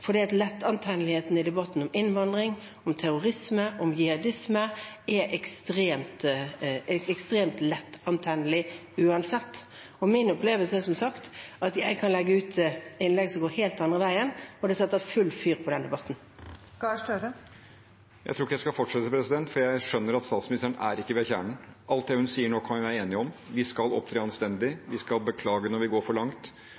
debatten om innvandring, om terrorisme, om jihadisme, er ekstremt lettantennelig uansett. Min opplevelse, som sagt, er at jeg kan legge ut innlegg som går helt den andre veien, og det setter full fyr på den debatten. Jonas Gahr Støre – til oppfølgingsspørsmål. Jeg tror ikke jeg skal fortsette, for jeg skjønner at statsministeren ikke er ved kjernen. Alt det hun sier nå, kan vi være enige om: Vi skal opptre anstendig,